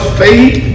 faith